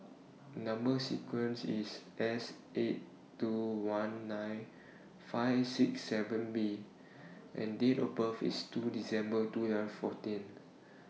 Number sequence IS S eight two one nine five six seven B and Date of birth IS two December two and fourteen